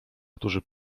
którzy